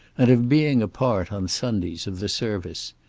and of being a part, on sundays, of the service.